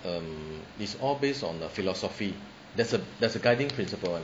um it's all based on the philosophy there's a there's a guiding principle [one]